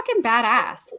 badass